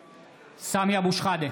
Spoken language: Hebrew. (קורא בשמות חברי הכנסת) סמי אבו שחאדה,